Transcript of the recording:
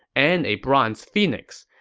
and a bronze phoenix.